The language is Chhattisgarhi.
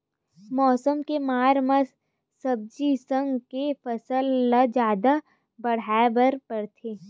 मउसम के मार म सब्जी साग के फसल ल जादा उठाए बर परथे